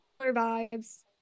vibes